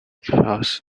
false